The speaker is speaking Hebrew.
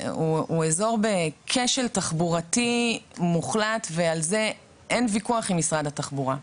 הוא אזור בכשל תחבורתי מוחלט ועל זה אין ויכוח עם משרד התחבורה.